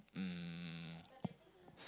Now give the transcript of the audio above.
um